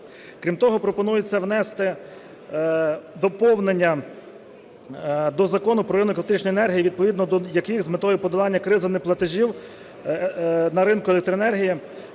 Крім того, пропонується внести доповнення до Закону "Про ринок електричної енергії", відповідно до яких з метою подолання кризи неплатежів на ринку електроенергії